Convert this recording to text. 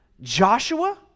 Joshua